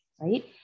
right